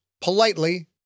politely